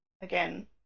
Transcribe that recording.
again